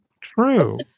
true